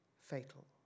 fatal